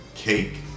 Cake